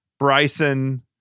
Bryson